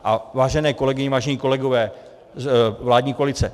A vážené kolegyně, vážení kolegové, vládní koalice.